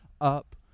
up